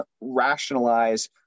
rationalize